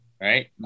right